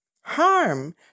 harm